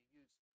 use